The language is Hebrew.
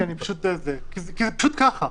זה פשוט כך.